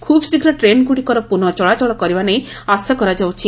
ଖୁବ୍ ଶୀଘ୍ର ଟ୍ରେନ୍ଗୁଡ଼ିକର ପୁନଃ ଚଳାଚଳ କରିବା ନେଇ ଆଶା କରାଯାଉଛି